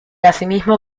asimismo